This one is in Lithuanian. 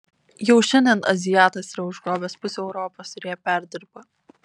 jau šiandien azijatas yra užgrobęs pusę europos ir ją perdirba